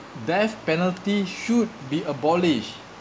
death penalty should be abolished